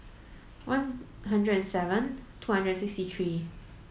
one hundred and seven two hundred and sixty three